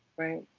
right?